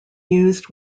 used